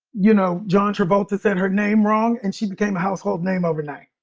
you know, john travolta said her name wrong and she became a household name overnight.